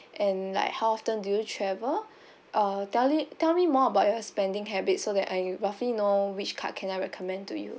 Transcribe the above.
and like how often do you travel uh telli~ tell me more about your spending habits so that I roughly know which card can I recommend to you